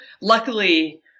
luckily